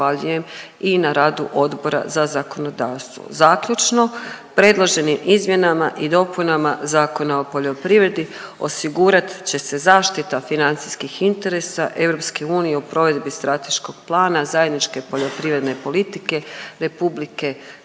i na radu Odbora za zakonodavstvo. Zaključno, predloženim izmjenama i dopunama Zakona o poljoprivredi osigurat će se zaštita financijskih interesa EU o provedbi Strateškog plana zajedničke poljoprivredne politike RH